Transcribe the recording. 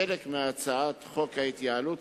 חלק מהצעת חוק ההתייעלות,